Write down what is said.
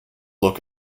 look